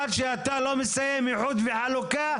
עד שאתה לא מסיים איחוד וחלוקה,